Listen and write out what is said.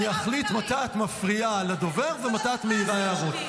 אני אחליט מתי את מפריעה לדובר ומתי את מעירה הערות.